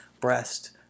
breast